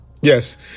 Yes